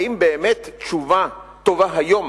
האם הבאת תשובה טובה היום